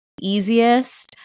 easiest